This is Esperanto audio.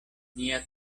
nia